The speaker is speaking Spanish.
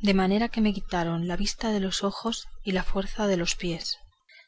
de manera que me quitaron la vista de los ojos y la fuerza de los pies